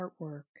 artwork